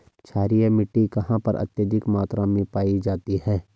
क्षारीय मिट्टी कहां पर अत्यधिक मात्रा में पाई जाती है?